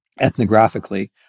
ethnographically